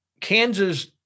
Kansas